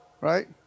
Right